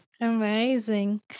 Amazing